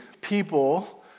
people